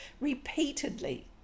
repeatedly